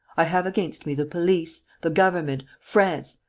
i have against me the police, the government, france,